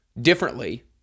differently